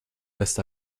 lässt